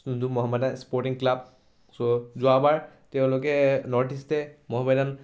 যোনটো Mohammedan Sporting Club চ' যোৱাবাৰ তেওঁলোকে নৰ্থ ইষ্টে মহমদ্যান